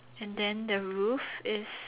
and then the roof is